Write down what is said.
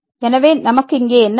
எனவே நமக்கு இங்கே என்ன வேண்டும்